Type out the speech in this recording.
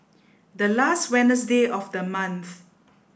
the last Wednesday of the month